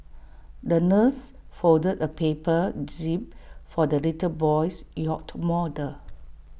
the nurse folded A paper jib for the little boy's yacht model